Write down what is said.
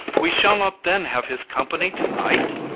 we shall not then have his company to-night?